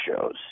shows